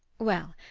well,